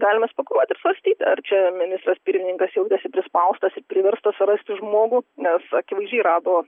galima spekuliuot ir svarstyt ar čia ministras pirmininkas jautėsi prispaustas priverstas surasti žmogų nes akivaizdžiai rado